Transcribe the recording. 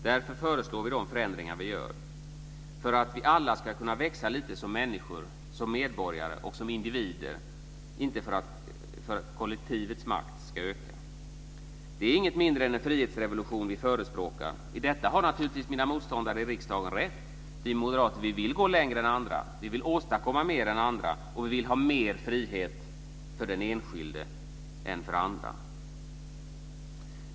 Därför föreslår vi de förändringar vi gör - för att vi alla ska kunna växa lite som människor, som medborgare och som individer, inte för att kollektivets makt ska öka. Det är inget mindre än en frihetsrevolution vi förespråkar. I detta har naturligtvis mina motståndare i riksdagen rätt. Vi moderater vill gå längre än andra. Vi vill åstadkomma mer än andra. Vi vill ha mer frihet för den enskilde än andra.